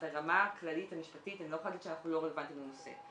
ברמה הכללית המשפטית אני לא יכולה להגיד שאנחנו לא רלוונטיים לנושא,